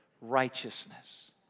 righteousness